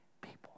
people